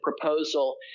proposal